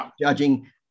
judging